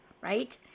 Right